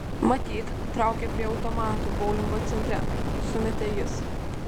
matyt traukia prie automatų boulingo centre sumetė jis